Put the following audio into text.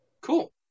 Cool